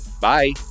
Bye